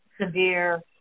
severe